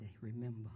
remember